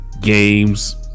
games